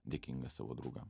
dėkingas savo draugam